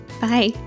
Bye